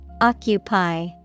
Occupy